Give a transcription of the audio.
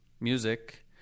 music